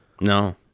no